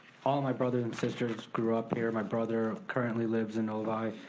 all my brother and sisters grew up here. my brother currently lives in novi.